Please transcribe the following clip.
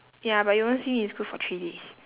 ya but you won't see me in school for three days